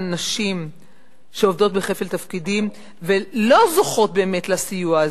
נשים שעובדות בכפל תפקידים ולא זוכות לסיוע הזה.